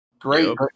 Great